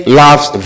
loves